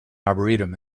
arboretum